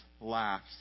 laughs